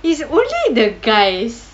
is only the guys